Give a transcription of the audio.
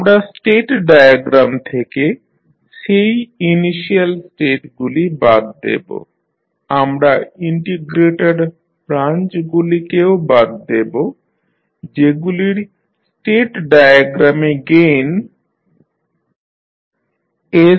আমরা state diagram থেকে সেই ইনিশিয়াল স্টেটগুলি বাদ দেব আমরা ইন্টিগ্রেটর ব্রাঞ্চগুলিকেও বাদ দেব যেগুলির স্টেট ডায়াগ্রামে গেইন s 1